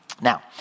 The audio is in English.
Now